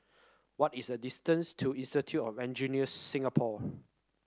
what is the distance to Institute of Engineers Singapore